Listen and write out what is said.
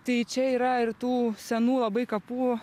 tai čia yra ir tų senų labai kapų